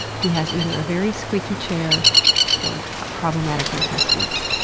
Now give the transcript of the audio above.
he has either a very squeaky chair or problematic intestines.